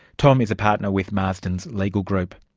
tom is a partner with marsdens legal group.